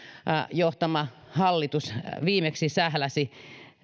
johtama hallitus viimeksi sähläsi